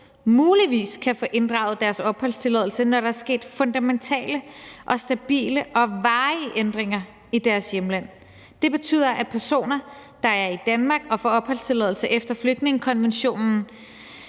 muligvis kan få inddraget deres opholdstilladelse, når der er sket fundamentale og stabile og varige ændringer i deres hjemland. Det betyder, at personer, der er i Danmark og får opholdstilladelse efter flygtningekonventionen